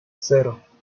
cero